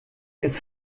ist